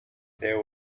there